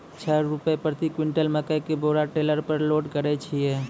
छह रु प्रति क्विंटल मकई के बोरा टेलर पे लोड करे छैय?